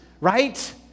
Right